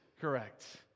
correct